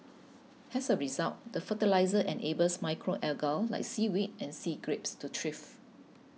as a result the fertiliser enables macro algae like seaweed and sea grapes to thrive